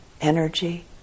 energy